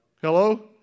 Hello